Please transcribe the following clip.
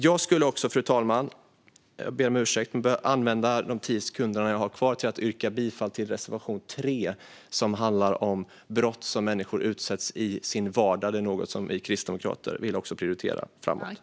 Jag ber om ursäkt, men jag vill använda de återstående sekunderna till att yrka bifall till reservation 2 som handlar om brott som människor utsätts för i sin vardag. Det är något som vi kristdemokrater också vill prioritera framöver.